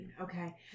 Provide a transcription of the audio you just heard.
okay